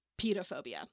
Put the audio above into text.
pedophobia